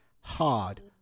hard